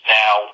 now